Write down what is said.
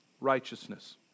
righteousness